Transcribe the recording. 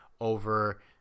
over